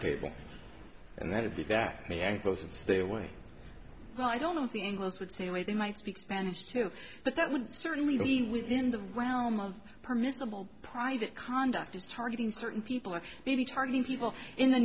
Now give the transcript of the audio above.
away well i don't know if the english would say way they might speak spanish too but that would certainly be within the realm of permissible private conduct is targeting certain people or maybe targeting people in the